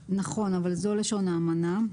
נכון, אבל זו לשון האמנה.